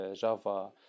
Java